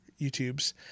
YouTubes